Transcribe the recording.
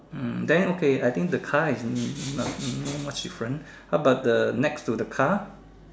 hmm then okay I think the car is hmm not no much different how about next to the car